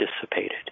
dissipated